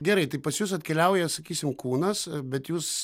gerai tai pas jus atkeliauja sakysim kūnas bet jūs